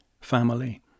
family